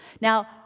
Now